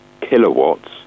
kilowatts